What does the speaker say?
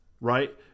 Right